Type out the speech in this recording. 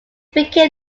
became